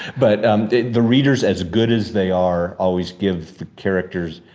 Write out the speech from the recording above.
but the readers as good as they are, always give the characters,